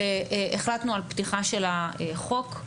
החלטנו על פתיחה של החוק.